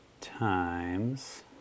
times